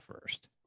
first